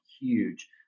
huge